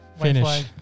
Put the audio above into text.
Finish